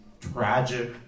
tragic